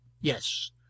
yes